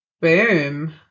Boom